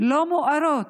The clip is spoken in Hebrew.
לא מוארים,